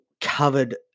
covered